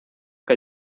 que